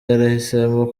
yarahisemo